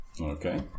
Okay